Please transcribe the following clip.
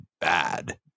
bad